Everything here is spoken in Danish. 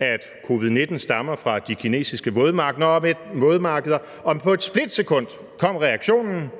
at covid-19 stammer fra de kinesiske vådmarkeder, og på et splitsekund kom reaktionen.